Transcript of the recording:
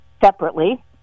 separately